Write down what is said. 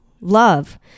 love